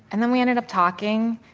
and then we ended up talking,